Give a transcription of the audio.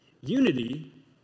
unity